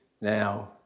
Now